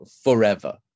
forever